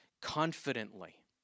confidently